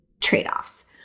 trade-offs